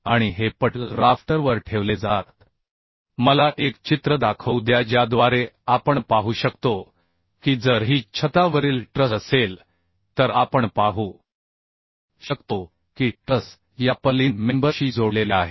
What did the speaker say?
आणि हे पटल राफ्टरवर ठेवले जातात मला एक चित्र दाखवू द्या ज्याद्वारे आपण पाहू शकतो की जर ही छतावरील ट्रस असेल तर आपण पाहू शकतो की ट्रस या पर्लिन मेंबर शी जोडलेले आहेत